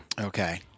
Okay